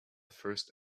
first